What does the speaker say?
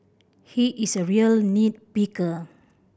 he is a real nit picker